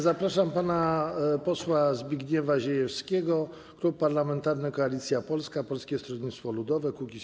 Zapraszam pana posła Zbigniewa Ziejewskiego, Klub Parlamentarny Koalicja Polska - Polskie Stronnictwo Ludowe - Kukiz15.